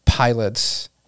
pilots